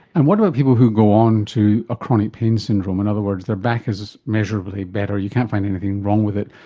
and what about people who go on to a chronic pain syndrome? in other words, their back is measurably better, you can't find anything wrong with it,